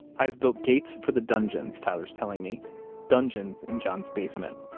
i've built gates for the dungeons, tyler's telling me dungeons in john's basement.